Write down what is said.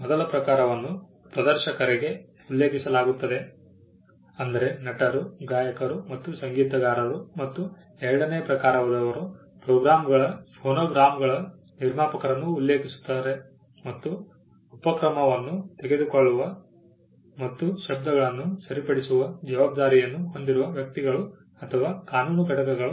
ಮೊದಲ ಪ್ರಕಾರವನ್ನು ಪ್ರದರ್ಶಕರಿಗೆ ಉಲ್ಲೇಖಿಸಲಾಗುತ್ತದೆ ಅಂದರೆ ನಟರು ಗಾಯಕರು ಮತ್ತು ಸಂಗೀತಗಾರರು ಮತ್ತು ಎರಡನೆಯ ಪ್ರಕಾರದವರು ಫೋನೋಗ್ರಾಮ್ಗಳ ನಿರ್ಮಾಪಕರನ್ನು ಉಲ್ಲೇಖಿಸುತ್ತಾರೆ ಮತ್ತು ಉಪಕ್ರಮವನ್ನು ತೆಗೆದುಕೊಳ್ಳುವ ಮತ್ತು ಶಬ್ದಗಳನ್ನು ಸರಿಪಡಿಸುವ ಜವಾಬ್ದಾರಿಯನ್ನು ಹೊಂದಿರುವ ವ್ಯಕ್ತಿಗಳು ಅಥವಾ ಕಾನೂನು ಘಟಕಗಳು